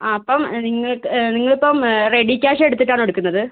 ആ അപ്പം നിങ്ങൾ നിങ്ങൾ ഇപ്പം റെഡി ക്യാഷ് എടുത്തിട്ട് ആണോ എടുക്കുന്നത്